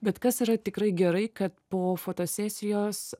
bet kas yra tikrai gerai kad po fotosesijos